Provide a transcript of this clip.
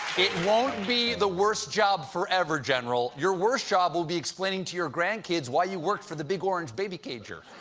it won't be the worst job forever, general. your worst job will be explaining to your grandkids why you worked for the big orange baby-cager.